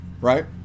Right